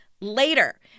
later